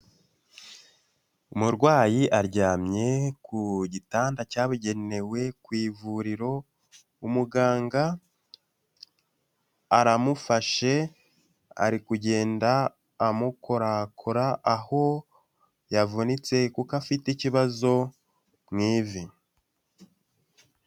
Umurwayi aryamye ku gitanda cyabugenewe ku ivuriro, umuganga aramufashe, ari kugenda amukorakora aho yavunitse, kuko afite ikibazo mu ivi.